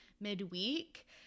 midweek